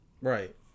right